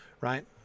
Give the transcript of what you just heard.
right